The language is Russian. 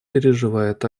переживает